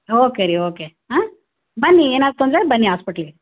okay ರೀ okay ಹಾಂ ಬನ್ನಿ ಏನಾರು ತೊಂದರೆ ಆದ್ರೆ ಬನ್ನಿ ಆಸ್ಪಿಟ್ಲಿಗೆ